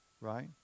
right